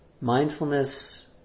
mindfulness